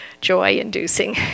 joy-inducing